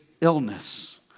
illness